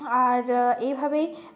আর এভাবেই